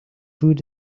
food